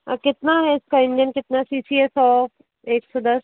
कितना है इसका इंजन कितना सी सी है सौ एक सौ दस